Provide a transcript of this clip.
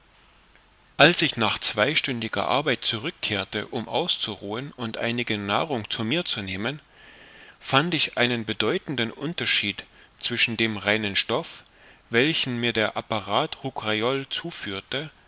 als ich nach zweistündiger arbeit zurück kehrte um auszuruhen und einige nahrung zu mir zu nehmen fand ich einen bedeutenden unterschied zwischen dem reinen stoff welchen mir der apparat rouquayrol zuführte